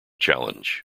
challenge